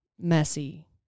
messy